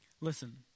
Listen